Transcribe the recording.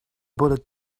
bullet